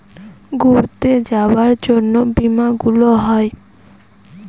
ঘুরতে যাবার জন্য বীমা গুলো হয়